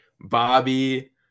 Bobby